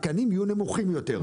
התקנים יהיו נמוכים יותר.